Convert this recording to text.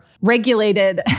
regulated